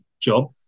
job